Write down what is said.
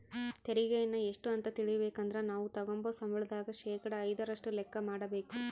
ತೆರಿಗೆಯನ್ನ ಎಷ್ಟು ಅಂತ ತಿಳಿಬೇಕಂದ್ರ ನಾವು ತಗಂಬೋ ಸಂಬಳದಾಗ ಶೇಕಡಾ ಐದರಷ್ಟು ಲೆಕ್ಕ ಮಾಡಕಬೇಕು